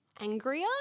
angrier –